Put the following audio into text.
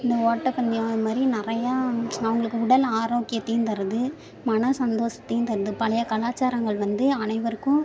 இந்த ஓட்ட பந்தயம் அது மாதிரி நிறையா அவுங்களுக்கு உடல் ஆரோக்கியத்தையும் தருது மன சந்தோஷத்தையும் தருது பழைய கலாச்சாரங்கள் வந்து அனைவருக்கும்